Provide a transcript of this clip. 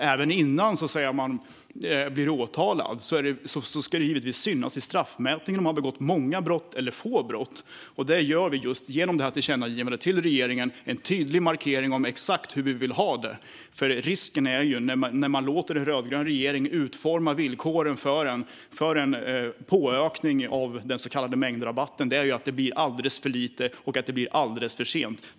Även innan man blir åtalad ska det givetvis synas i straffmätningen om man har begått många eller få brott, och det åstadkommer vi just genom det här tillkännagivandet till regeringen. Det är en tydlig markering av exakt hur vi vill ha det, för risken när man låter en rödgrön regering utforma villkoren för en påökning av den så kallade mängdrabatten är att det blir alldeles för lite och alldeles för sent.